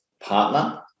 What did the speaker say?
partner